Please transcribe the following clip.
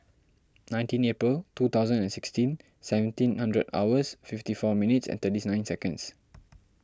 nineteen April two thousand and sixteen seventeen hundred hours fifty four minutes and thirty nine seconds